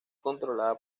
controlada